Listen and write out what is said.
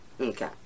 Okay